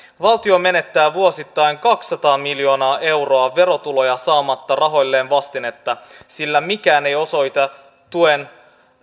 valtio menettää vuosittain kaksisataa miljoonaa euroa verotuloja saamatta rahoilleen vastinetta sillä mikään ei osoita tuen